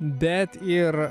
bet ir